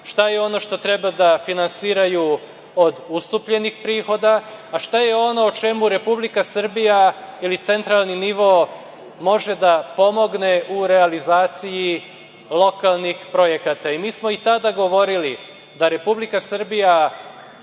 šta je ono što treba da finansiraju od ustupljenih prihoda, a šta je ono o čemu Republika Srbija ili centralni nivo može da pomogne u realizaciji lokalnih projekata. Mi smo i tada govorili da Republika Srbija